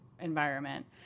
environment